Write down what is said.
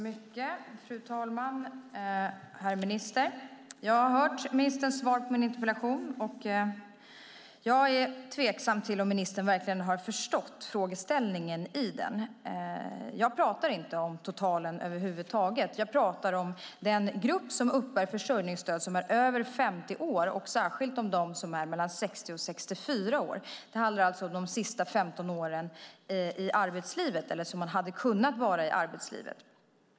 Fru talman! Herr minister! Jag har hört ministerns svar på min interpellation, och jag är tveksam till om ministern verkligen förstått frågeställningen i den. Jag talar inte om totalen över huvud taget. Jag talar om den grupp som uppbär försörjningsstöd och är över 50 år, särskilt de mellan 60 och 64 år. Det handlar alltså om de sista 15 åren i arbetslivet, eller den tid man hade kunnat vara i arbetslivet.